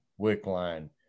Wickline